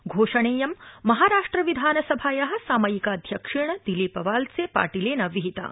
घोषणेयं महाराष्ट्र विधानसभाया सामयिकाध्यक्षेण दिलीप वाल्से पार्टिज़िन विहिता